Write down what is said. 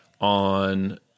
on